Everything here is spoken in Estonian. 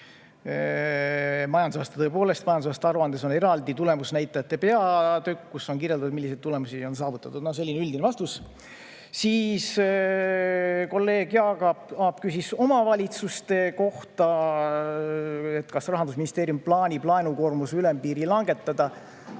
Tõepoolest, majandusaasta aruandes on eraldi tulemusnäitajate peatükk, kus on kirjeldatud, milliseid tulemusi on saavutatud. Selline üldine vastus. Kolleeg Jaak Aab küsis omavalitsuste kohta, kas Rahandusministeerium plaanib laenukoormuse ülempiiri langetada.